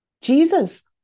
Jesus